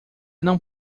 não